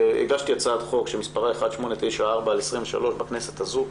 הגשתי הצעת חוק שמספרה 1894/23 בכנסת הזאת,